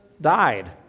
died